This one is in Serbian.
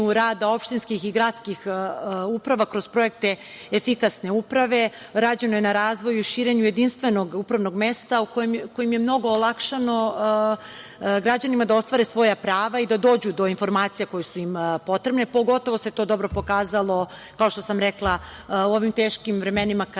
rada opštinskih i gradskih uprava kroz projekte efikasne uprave. Rađeno je na razvoju i širenju jedinstvenog upravnog mesta, kojim je mnogo olakšano građanima da ostvare svoja prava i da dođu do informacija koje su im potrebne. Pogotovo se to dobro pokazalo, kao što sam rekla, u ovim teškim vremenima kada